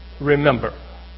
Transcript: remember